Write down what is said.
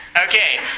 Okay